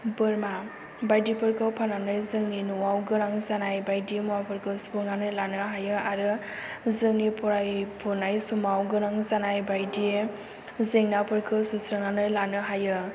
बोरमा बायदिफोरखौ फानानै जोंनि न'आव गोनां जानाय बायदि मुवा फोरखौ सुफुंनानै लानो हायो आरो जोंनि फरायफुनाय समाव गोनां गानाय बायदि जेंनाफोरखौ सुस्रांनानै लानो हायो